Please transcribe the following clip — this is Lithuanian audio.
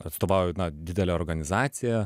atstovauju didelę organizaciją